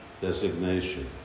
designation